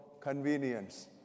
convenience